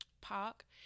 park